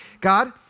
God